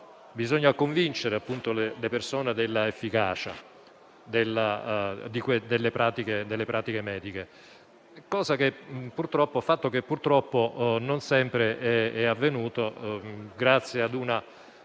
Bisogna convincere le persone dell'efficacia delle pratiche mediche, cosa che purtroppo non sempre è avvenuta, a causa di una